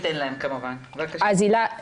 כמובן נאפשר להן.